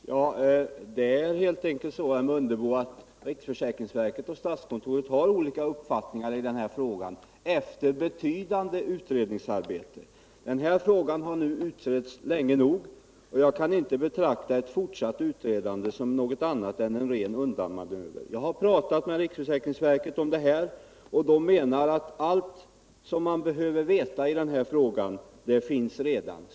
Herr talman! Det är helt enkelt så, herr Mundebo, att riksförsäkringsverket och statskontoret har olika uppfattningar i denna fråga, efter betydande utredningsarbete. Denna fråga har nu utretts länge nog, och jag kan inte betrakta ett fortsatt utredande som annat än en ren undanmanöver. Jag har talat med företrädare för riksförsäkringsverket om detja, och de menar att allt som man behöver veta i denna fråga redan finns tillgängligt.